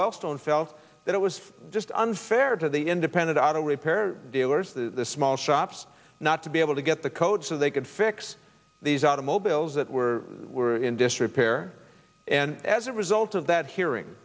wellstone felt that it was just unfair to the independent out of repair dealers the small shops not to be able to get the codes so they could fix these automobiles that were were in disrepair and as a result of that hearing